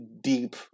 deep